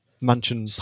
mansion